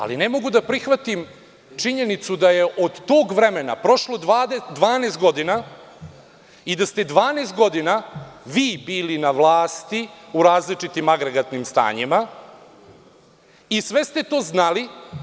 Međutim, ne mogu da prihvatim činjenicu da je od tog vremena prošlo 12 godina i da ste 12 godina vi bili na vlasti, u različitim agregatnim stanjima i sve ste to znali.